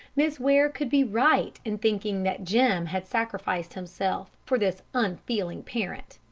miss ware could be right in thinking that jim had sacrificed himself for this unfeeling parent.